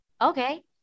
okay